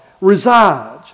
resides